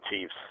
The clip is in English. Chiefs